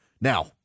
now